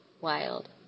wild